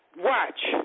Watch